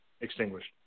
extinguished